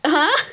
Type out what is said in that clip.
!huh!